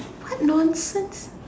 what nonsense